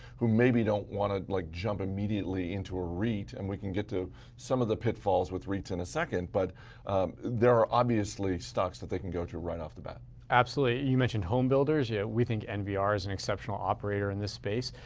who maybe don't want to like jump immediately into a reit and we can get to some of the pitfalls with reits in a second but there are obviously stocks that they can go to right off the bat. smith absolutely. you mentioned homebuilders. yeah we think nvr is an exceptional operator in this space.